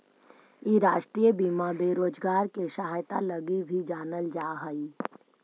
इ राष्ट्रीय बीमा बेरोजगार के सहायता लगी भी जानल जा हई